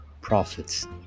prophets